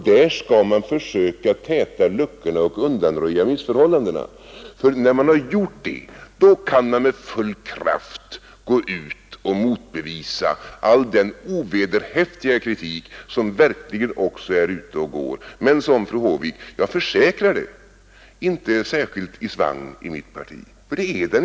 Där skall man försöka täta luckorna och undanröja missförhållandena. När man har gjort det kan man med full kraft gå ut och motbevisa all den ovederhäftiga kritik som verkligen också är ute och går men som, fru Håvik, jag försäkrar det, inte är särskilt i svang i mitt parti.